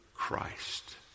christ